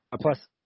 plus